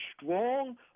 strong